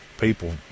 people